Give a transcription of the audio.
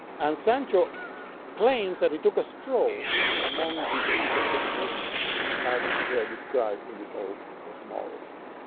and sancho claims that he took a stroll among the constellations as they're described in this old cosmology.